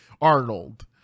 arnold